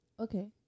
Okay